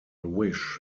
wish